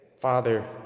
Father